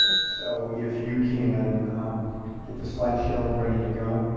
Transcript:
so if you can get the slideshow ready to go,